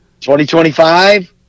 2025